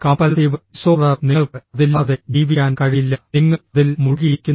compulsive disorder നിങ്ങൾക്ക് അതില്ലാതെ ജീവിക്കാൻ കഴിയില്ല നിങ്ങൾ അതിൽ മുഴുകിയിരിക്കുന്നു